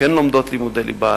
שכן לומדות לימודי ליבה,